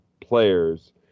players